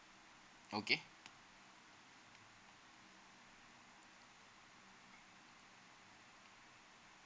okay